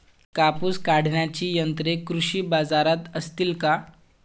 कापूस काढण्याची यंत्रे कृषी बाजारात असतील का?